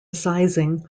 sizing